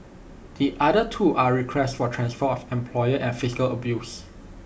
the other two are requests for transfer of employer and physical abuse